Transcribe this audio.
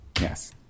Yes